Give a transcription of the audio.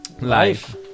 life